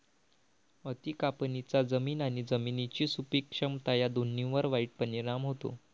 अति कापणीचा जमीन आणि जमिनीची सुपीक क्षमता या दोन्हींवर वाईट परिणाम होतो